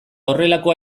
horrelako